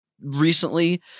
recently